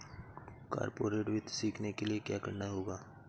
corporate वित्त सीखने के लिया क्या करना होगा